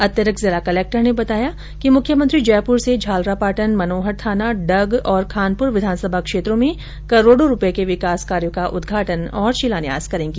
अतिरिक्त जिला कलक्टर ने बताया कि मुख्यमंत्री जयपुर से झालरापाटन मनोहरथाना डग और खानपुर विधानसभा क्षेत्रों में करोड़ों रूपये के विकास कार्यो का उदघाटन और शिलान्यास करेंगी